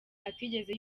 atigeze